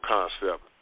Concept